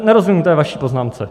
Nerozumím té vaší poznámce.